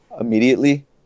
immediately